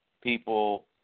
people